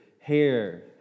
hair